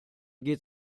geht